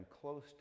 close